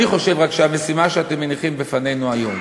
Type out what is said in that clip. אני חושב רק שהמשימה שאתם מניחים בפנינו היום,